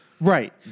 Right